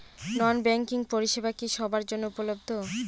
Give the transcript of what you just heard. নন banking পরিষেবা কি সবার জন্য উপলব্ধ?